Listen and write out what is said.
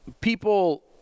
people